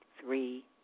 three